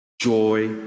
joy